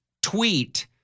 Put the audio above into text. tweet